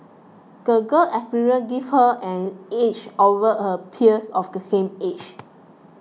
the girl experiences give her an edge over her peers of the same age